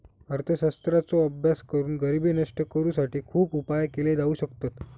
अर्थशास्त्राचो अभ्यास करून गरिबी नष्ट करुसाठी खुप उपाय केले जाउ शकतत